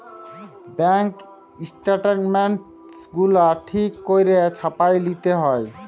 bank statements গুলা ঠিক ক্যইরে ছাপাঁয় লিতে হ্যয়